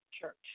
church